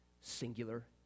singular